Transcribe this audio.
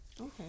Okay